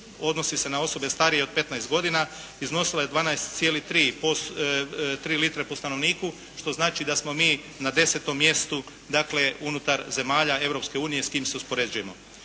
odnosi se na osobe starije od 15 godina, iznosila je 12,3 liste po stanovniku što znači da smo mi na 10. mjestu unutar zemalja Europske unije s kim se uspoređujemo.